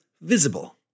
visible